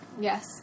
Yes